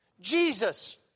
Jesus